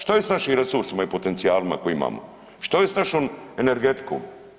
Šta je s našim resursima i potencijalima koje imamo, što je s našom energetikom?